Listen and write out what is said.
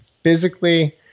physically